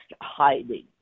hiding